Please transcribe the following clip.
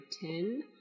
ten